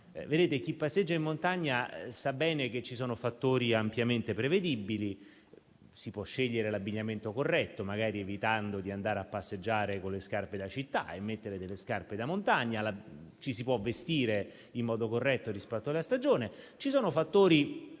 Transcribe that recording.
Chi passeggia in montagna sa bene che ci sono fattori ampiamente prevedibili: si può scegliere l'abbigliamento corretto, magari evitando di andare a passeggiare con le scarpe da città e mettere delle scarpe da montagna, ci si può vestire in modo corretto rispetto alla stagione, ci sono fattori